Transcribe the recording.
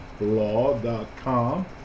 Law.com